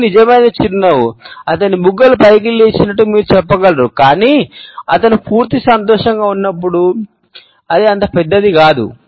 ఇది నిజమైన చిరునవ్వు అతను బుగ్గలు పైకి లేచినట్లు మీరు చెప్పగలరు కాని అతను పూర్తిగా సంతోషంగా ఉన్నప్పుడు అది అంత పెద్దది కాదు